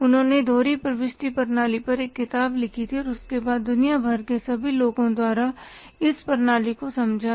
उन्होंने दोहरी प्रविष्टि प्रणाली पर एक किताब लिखी और उसके बाद दुनिया भर के सभी लोगों द्वारा इस प्रणाली को समझा गया